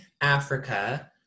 Africa